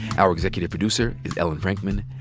our executive producer is ellen frankman.